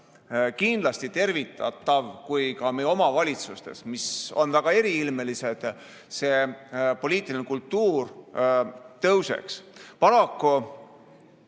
kindlasti tervitatav, kui ka meie omavalitsustes, mis on väga eriilmelised, see poliitiline kultuur tõuseks. Paraku